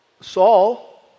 Saul